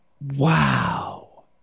Wow